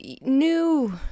New